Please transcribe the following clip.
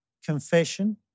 Confession